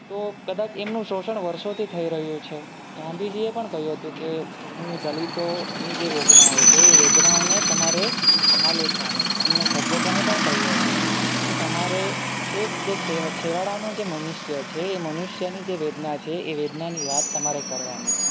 તો કદાચ એમનું શોષણ વર્ષોથી થઈ રહ્યું છે ગાંધીજીએ પણ કહ્યું હતું કે હું દલિતોની જે વેદના હોય છે વેદનાઓને તમારે આલેખવાની છે એમણે સર્જકોને પણ કહ્યું હતું કે તમારે છેક જે છેવાડાનો જે મનુષ્ય છે એ મનુષ્યની જે વેદના છે એ વેદનાની વાત તમારે કરવાની છે